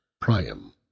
Priam